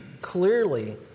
Clearly